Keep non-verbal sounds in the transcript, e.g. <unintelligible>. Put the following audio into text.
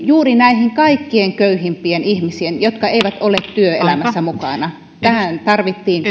juuri näiden kaikkein köyhimpien ihmisien osalta jotka eivät ole työelämässä mukana tähän tarvittiin <unintelligible>